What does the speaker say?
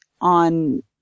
on